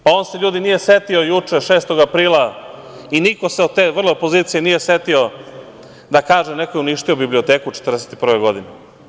On se, ljudi, nije setio juče, 6. aprila i niko se od te opozicije nije setio da kaže da je neko uništio biblioteku 1941. godine.